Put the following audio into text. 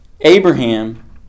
Abraham